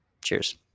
Cheers